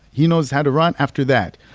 he knows how to run after that.